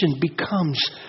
becomes